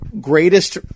greatest